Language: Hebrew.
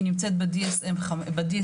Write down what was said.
היא נמצאת ב- DSM בכלל,